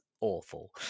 awful